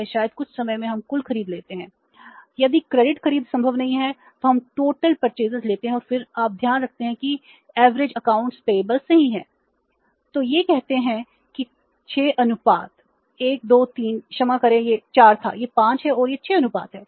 तो ये कहते हैं कि 6 अनुपात 1 2 3 क्षमा करें यह 4 था यह 5 है और यह 6 अनुपात है